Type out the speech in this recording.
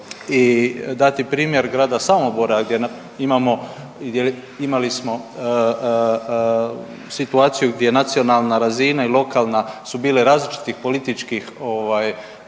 i dati primjer grada Samobora gdje imamo, gdje imali smo situaciju gdje nacionalna razina i lokalna su bile različitih političkih